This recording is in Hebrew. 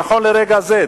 נכון לרגע זה,